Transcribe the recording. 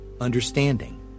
understanding